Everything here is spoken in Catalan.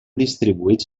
distribuïts